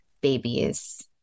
babies